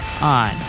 on